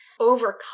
overcome